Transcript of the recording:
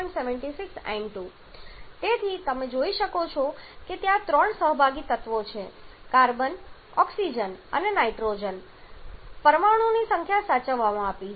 76 N2 તેથી તમે જોઈ શકો છો કે ત્યાં ત્રણ સહભાગી તત્વો છે કાર્બન ઓક્સિજન અને નાઇટ્રોજન પરમાણુઓની સંખ્યા સાચવવામાં આવી છે